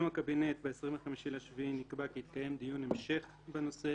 בדיון בקבינט ב-25 ביולי נקבע כי יתקיים דיון המשך בנושא.